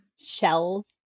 Shells